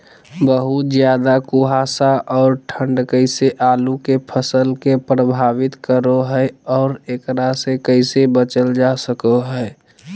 बहुत ज्यादा कुहासा और ठंड कैसे आलु के फसल के प्रभावित करो है और एकरा से कैसे बचल जा सको है?